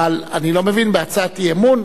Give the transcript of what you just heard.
אבל אני לא מבין בהצעת אי-אמון,